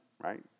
right